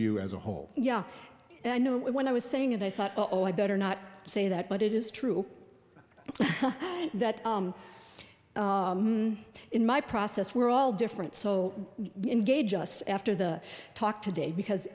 you as a whole yeah i know when i was saying it i thought oh i better not say that but it is true that in my process we're all different so engage us after the talk today because